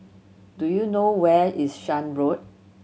do you know where is Shan Road